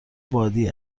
بادی